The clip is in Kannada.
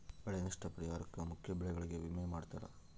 ಬೆಳೆ ನಷ್ಟ ಪರಿಹಾರುಕ್ಕ ಮುಖ್ಯ ಬೆಳೆಗಳಿಗೆ ವಿಮೆ ಮಾಡ್ತಾರ